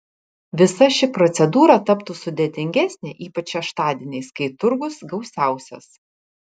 visa ši procedūra taptų sudėtingesnė ypač šeštadieniais kai turgus gausiausias